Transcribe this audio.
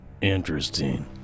Interesting